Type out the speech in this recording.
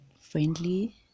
friendly